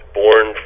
born